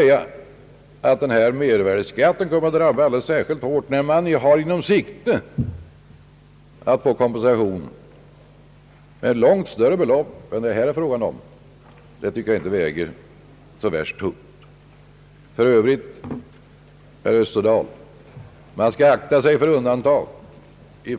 Men påståendet att mervärdeskatten kommer att drabba gotlännnigarna alldeles särskilt hårt, när det ställs i utsikt att kompensation kommer att ges med långt större belopp än det här är fråga om, tycker jag inte väger så tungt. För övrigt, herr Österdahl, skall vi akta oss för undantag